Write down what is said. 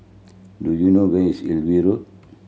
do you know where is Hillview Road